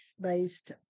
based